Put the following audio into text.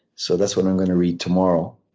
so that's what i'm going to read tomorrow.